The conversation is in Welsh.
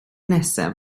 nesaf